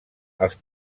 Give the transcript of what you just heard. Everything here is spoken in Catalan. els